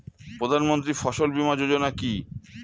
প্রধানমন্ত্রী ফসল বীমা যোজনা কি?